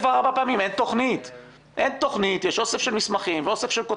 הישיבה ננעלה בשעה 13:30